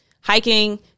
Hiking